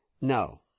no